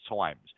times